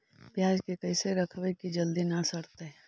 पयाज के कैसे रखबै कि जल्दी न सड़तै?